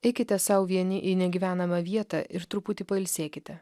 eikite sau vieni į negyvenamą vietą ir truputį pailsėkite